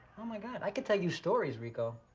oh my god, i could tell you stories, ricco.